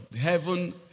heaven